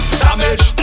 damage